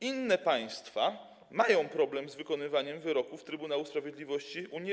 Inne państwa mają problem z wykonywaniem wyroków Trybunału Sprawiedliwości Unii Europejskiej.